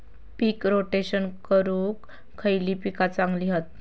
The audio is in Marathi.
पीक रोटेशन करूक खयली पीका चांगली हत?